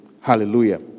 Hallelujah